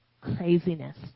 craziness